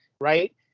right